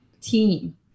team